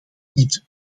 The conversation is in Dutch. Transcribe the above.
niet